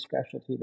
specialty